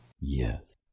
Yes